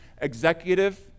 Executive